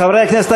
חברי הכנסת,